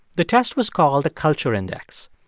the test was called the culture index.